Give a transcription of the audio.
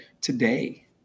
today